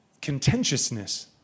contentiousness